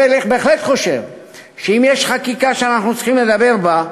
אני בהחלט חושב שאם יש חקיקה שאנחנו צריכים לדבר בה,